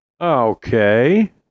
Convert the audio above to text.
Okay